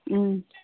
ம்